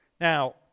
Now